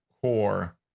core